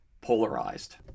Polarized